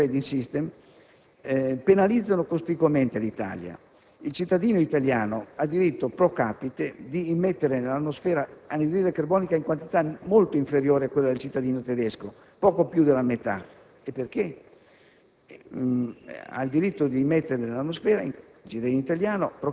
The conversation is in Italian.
Le regole stabilite concretamente dalla Commissione europea per l'*European trading system* penalizzano cospicuamente l'Italia: il cittadino italiano ha diritto *pro-capite* di immettere nell'atmosfera anidride carbonica in quantità molto inferiore a quella del cittadino tedesco (poco più della metà)